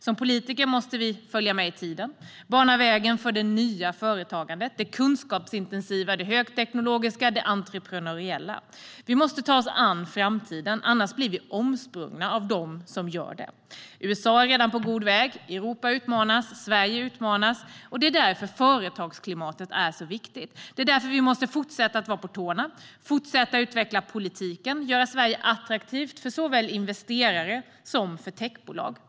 Som politiker måste vi följa med i tiden och bana väg för det nya företagandet - det kunskapsintensiva, det högteknologiska, det entreprenöriella. Vi måste ta oss an framtiden, annars blir vi omsprungna av dem som gör det. USA är redan på god väg - Europa utmanas; Sverige utmanas. Det är därför företagsklimatet är så viktigt. Det är därför vi måste fortsätta vara på hugget, utveckla politiken och göra Sverige attraktivt för såväl investerare som techbolag.